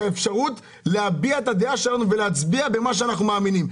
האפשרות להביע את הדעה שלנו ולהצביע במה שאנחנו מאמינים.